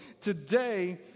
today